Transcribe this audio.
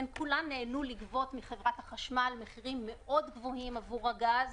כולן נהנו לגבות מחברת החשמל מחירים גבוהים מאוד עבור הגז,